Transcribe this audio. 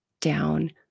down